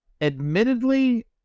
Admittedly